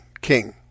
king